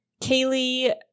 Kaylee